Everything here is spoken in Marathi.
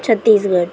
छत्तीसगड